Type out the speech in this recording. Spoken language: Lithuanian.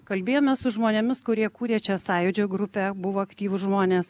kalbėjomės su žmonėmis kurie kūrė čia sąjūdžio grupę buvo aktyvūs žmonės